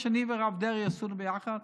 מה שאני והרב דרעי עשינו ביחד,